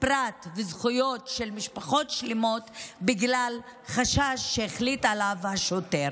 פרט וזכויות של משפחות שלמות בגלל חשש שהחליט עליו השוטר.